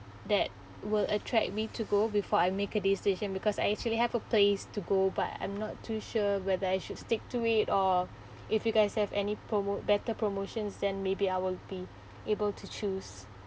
that will attract me to go before I make a decision because I actually have a place to go but I'm not too sure whether I should stick to it or if you guys have any promote better promotions then maybe I will be able to choose